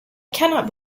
cannot